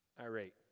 irate